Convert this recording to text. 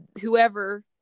whoever